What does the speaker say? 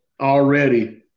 already